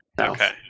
Okay